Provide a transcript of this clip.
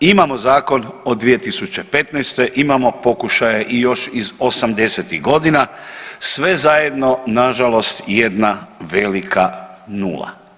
Imamo zakon od 2015., imamo pokušaje još iz '80.-ih godina, sve zajedno nažalost jedna velika nula.